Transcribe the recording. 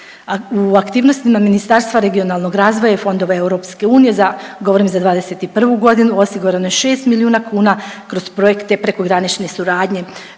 U aktivnosti na Ministarstva regionalnog razvoja i fondova EU za, govorim za '21.g., osigurano je 6 milijuna kuna kroz projekte prekogranične suradnje.